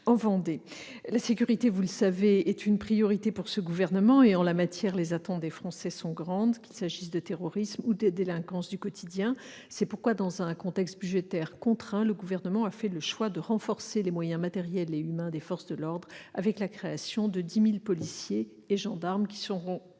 en Vendée. La sécurité, vous le savez, est une priorité pour ce gouvernement et, en la matière, les attentes des Français sont grandes, qu'il s'agisse de terrorisme ou de délinquance du quotidien. C'est pourquoi, dans un contexte budgétaire contraint, le Gouvernement a fait le choix de renforcer les moyens matériels et humains des forces de l'ordre, avec, notamment, le recrutement de 10 000 policiers et gendarmes au cours